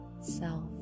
self